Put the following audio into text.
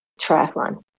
triathlon